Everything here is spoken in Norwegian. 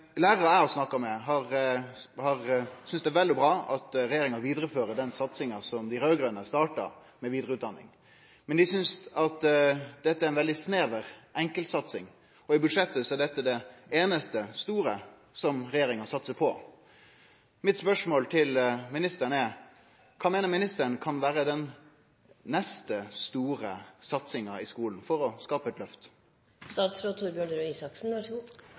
Lærarar eg har snakka med, synest det er vel og bra at regjeringa vidarefører den satsinga på vidareutdaning som dei raud-grøne starta, men dei synest at dette er ei veldig snever enkeltsatsing, og i dette budsjettet er dette det einaste store som regjeringa satsar på. Mitt spørsmål til ministeren er: Kva meiner ministeren kan vere den neste store satsinga i skolen for å skape eit